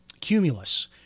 Cumulus